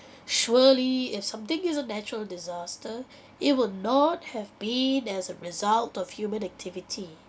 surely if something is a natural disaster it would not have been as a result of human activity